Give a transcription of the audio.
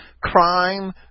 Crime